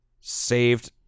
Saved